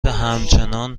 همچنان